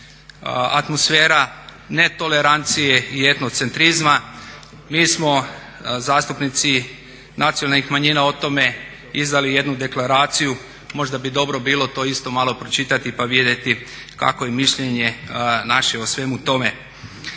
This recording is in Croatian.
atmosfera netolerancije i etnocentrizma. Mi smo zastupnici Nacionalnih manjina o tome izdali jednu deklaraciju, možda bi dobro bilo to isto malo pročitati pa vidjeti kakvo je mišljenje naše o svemu tome.